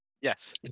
Yes